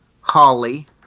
Holly